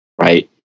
right